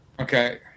Okay